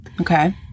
Okay